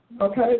Okay